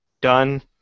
Done